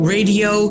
Radio